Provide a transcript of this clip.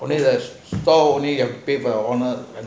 near the store only the page got one more